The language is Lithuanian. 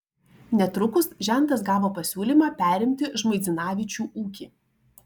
netrukus žentas gavo pasiūlymą perimti žmuidzinavičių ūkį